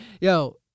Yo